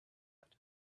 that